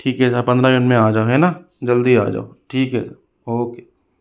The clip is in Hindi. ठीक है साहब पंद्रह मिनट में आ जाओ है ना जल्दी आ जाओ ठीक है ओके